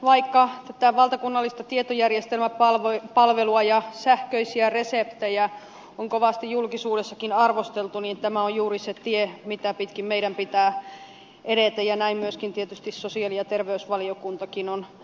vaikka tätä valtakunnallista tietojärjestelmäpalvelua ja sähköisiä reseptejä on kovasti julkisuudessakin arvosteltu niin tämä on juuri se tie mitä pitkin meidän pitää edetä ja näin myöskin tietysti sosiaali ja terveysvaliokuntakin on todennut